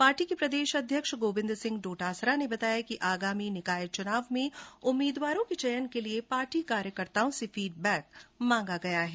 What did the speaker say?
party प्रदेशाध्यक्ष गोविन्द सिंह डोटासरा ने बताया कि आगामी निकाय चुनाव में उम्मीदवारों के चयन के लिये पार्टी कार्यकर्ताओं से फीड बैक मांगा गया है